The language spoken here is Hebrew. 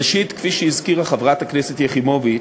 ראשית, כפי שהזכירה חברת הכנסת יחימוביץ,